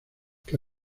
que